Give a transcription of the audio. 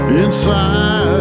inside